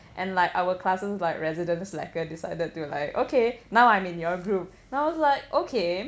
and like our class's like resident slacker decided to like okay now I'm in your group I was like okay